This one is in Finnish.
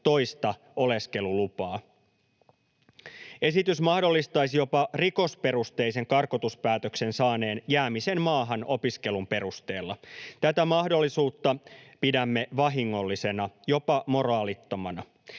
toista oleskelulupaa. Esitys mahdollistaisi jopa rikosperusteisen karkotuspäätöksen saaneen jäämisen maahan opiskelun perusteella. Tätä mahdollisuutta pidämme vahingollisena, jopa moraalittomana.